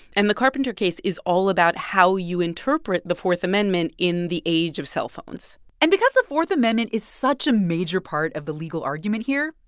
and the carpenter case is all about how you interpret the fourth amendment in the age of cellphones and because the fourth amendment is such a major part of the legal argument here,